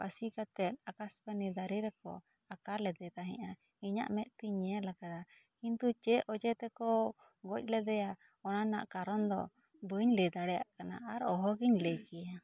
ᱯᱟᱹᱥᱤ ᱠᱟᱛᱮᱫ ᱟᱠᱟᱥᱵᱟᱱᱤ ᱫᱟᱨᱮ ᱨᱮᱠᱚ ᱟᱠᱟ ᱞᱮᱫᱮ ᱛᱟᱦᱮᱸᱫ ᱟ ᱤᱧᱟᱹᱜ ᱢᱮᱫ ᱛᱤᱧ ᱧᱮᱞ ᱟᱠᱟᱫᱮᱭᱟ ᱠᱤᱱᱛᱩ ᱪᱮᱫ ᱚᱡᱮ ᱛᱮᱠᱚ ᱜᱚᱡ ᱞᱮᱫᱮᱭᱟ ᱚᱱᱟ ᱨᱮᱱᱟᱜ ᱠᱟᱨᱚᱱ ᱫᱚ ᱵᱟᱹᱧ ᱞᱟᱹᱭ ᱫᱟᱲᱮᱭᱟᱜ ᱠᱟᱱᱟ ᱟᱨ ᱚᱦᱚ ᱜᱤᱧ ᱞᱟᱹᱭ ᱫᱟᱲᱮᱭᱟᱜ ᱠᱮᱭᱟ